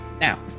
now